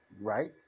right